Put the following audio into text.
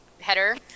header